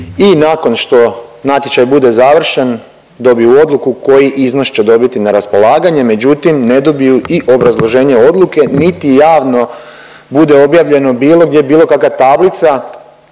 nakon što natječaj bude završen dobiju odluku koji iznos će dobiti na raspolaganje međutim ne dobiju i obrazloženje odluke niti javno bude objavljeno bilo gdje, bilo kakva tablica